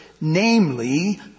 namely